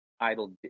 idle